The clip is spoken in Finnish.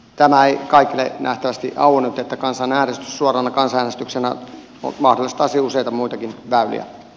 tämä ei kaikille nähtävästi auennut että kansanäänestys suorana kansanäänestyksenä mahdollistaisi useita muitakin väyliä